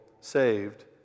saved